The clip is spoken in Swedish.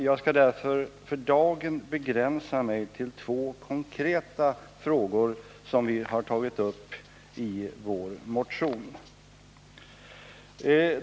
Jag skall därför för dagen begränsa mig till två konkreta frågor som vi har tagit upp i vår motion.